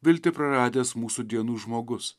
viltį praradęs mūsų dienų žmogus